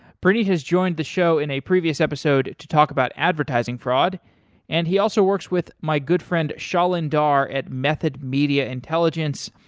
has joined the show in a previous episode to talk about advertising fraud and he also works with my good friend, shailin dhar, at method media intelligence.